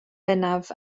bennaf